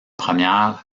première